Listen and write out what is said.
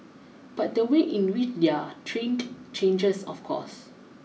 but the way in which they're trained changes of course